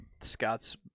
Scott's